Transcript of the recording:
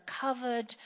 covered